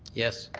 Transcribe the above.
yes.